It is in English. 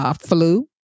flu